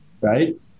right